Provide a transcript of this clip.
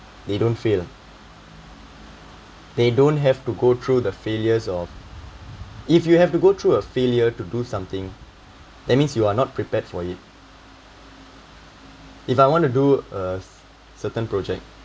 they don't fail they don't have to go through the failures of if you have to go through a failure to do something that means you are not prepared for it if I want to do a certain project